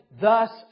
thus